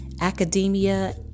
academia